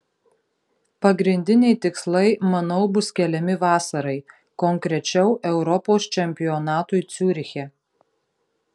pagrindiniai tikslai manau bus keliami vasarai konkrečiau europos čempionatui ciuriche